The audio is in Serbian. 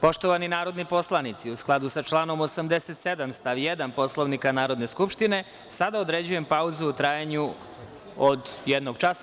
Poštovani narodni poslanici, u skladu sa članom 87. stav 1. Poslovnika Narodne skupštine, sada određujem pauzu u trajanju od jednog časa.